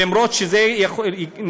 למרות שזה נכלל